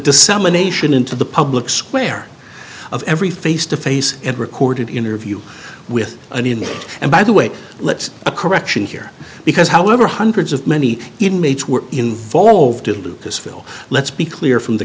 dissemination into the public square of every face to face it recorded interview with an inmate and by the way let's a correction here because however hundreds of many inmates were involved in lucasville let's be clear from the